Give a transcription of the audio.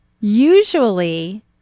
Usually